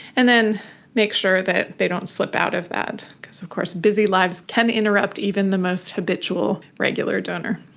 and then make sure that they don't slip out of that because of course busy lives can interrupt even the most habitual regular donor